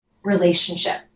relationship